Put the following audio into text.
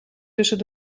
tussen